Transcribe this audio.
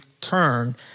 turn